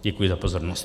Děkuji za pozornost.